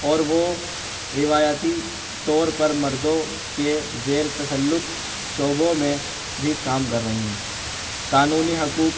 اور وہ روایتی طور پر مردوں کے زیر تسلط شعبوں میں بھی کام کر رہی ہیں قانونی حقوق